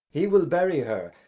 he will bury her,